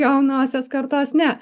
jaunosios kartos ne